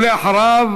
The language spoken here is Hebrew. ואחריו